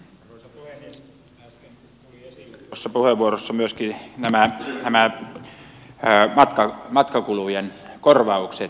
äsken tuli esille tuossa puheenvuorossa myöskin nämä matkakulujen korvaukset